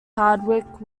hardwick